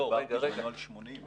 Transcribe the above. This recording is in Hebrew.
לא, רגע, רגע.